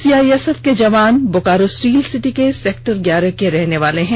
CISF के जवान Bokaro steel city के सेक्टर ग्यारह के रहने वाले हैं